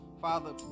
Father